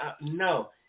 no